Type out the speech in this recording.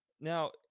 Now